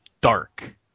Dark